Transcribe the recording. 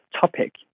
topic